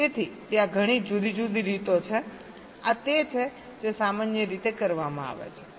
તેથી ત્યાં ઘણી જુદી જુદી રીતો છે આ તે છે જે સામાન્ય રીતે કરવામાં આવે છે